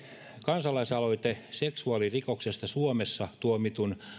kansalaisaloite seksuaalirikoksesta suomessa tuomitun